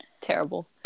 terrible